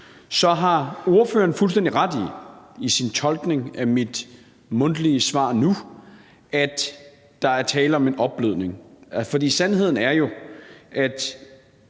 har spørgeren fuldstændig ret i sin tolkning af mit mundtlige svar nu, nemlig at der er tale om en opblødning. For sandheden er jo, at